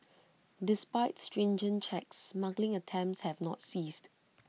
despite stringent checks smuggling attempts have not ceased